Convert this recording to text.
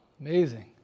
amazing